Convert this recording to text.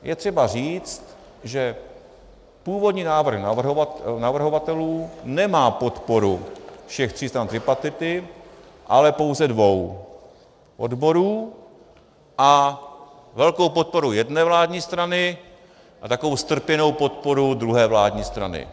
Je třeba říct, že původní návrh navrhovatelů nemá podporu všech tří stran tripartity, ale pouze dvou odborů a velkou podporu jedné vládní strany a takovou strpěnou podporu druhé vládní strany.